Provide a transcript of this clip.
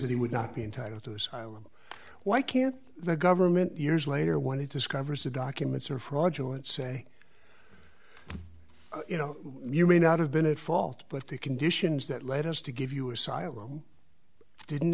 that he would not be entitled to asylum why can't the government years later when he discovers the documents are fraudulent say you know you may not have been at fault but the conditions that lead us to give you asylum didn't